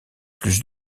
plus